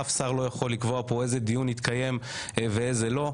אף שר לא יכול לקבוע איזה דיון יתקיים פה ואיזה לא.